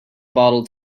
bottle